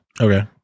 Okay